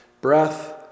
breath